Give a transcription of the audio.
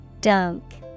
Dunk